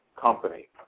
company